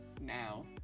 now